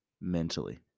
mentally